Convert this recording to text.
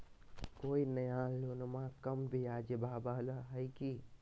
कोइ नया लोनमा कम ब्याजवा वाला हय की?